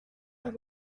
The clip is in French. plus